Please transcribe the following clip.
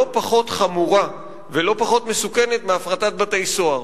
פחות חמורה ולא פחות מסוכנת מהפרטת בתי-סוהר.